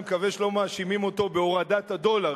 אני מקווה שלא מאשימים אותו בהורדת הדולר,